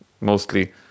mostly